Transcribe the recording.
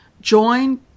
Join